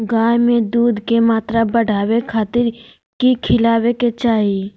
गाय में दूध के मात्रा बढ़ावे खातिर कि खिलावे के चाही?